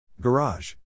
Garage